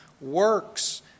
Works